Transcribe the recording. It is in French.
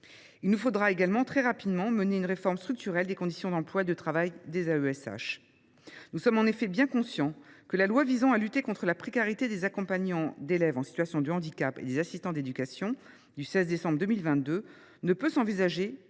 Il nous faudra également, très vite, mener une réforme structurelle des conditions d’emploi et de travail des AESH. Nous sommes en effet bien conscients que la loi du 16 décembre 2022 visant à lutter contre la précarité des accompagnants d’élèves en situation de handicap et des assistants d’éducation ne peut s’envisager que